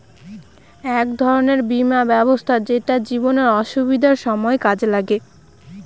এক ধরনের বীমা ব্যবস্থা যেটা জীবনে অসুবিধার সময় কাজে লাগে